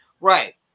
Right